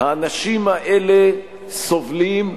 האנשים האלה סובלים,